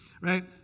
right